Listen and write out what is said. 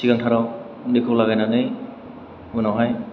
सिगां थाराव दैखौ लागायनानै उनाव हाय